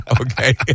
Okay